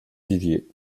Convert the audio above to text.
vivier